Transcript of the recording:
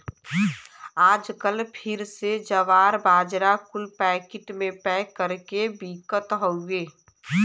आजकल फिर से जवार, बाजरा कुल पैकिट मे पैक कर के बिकत हउए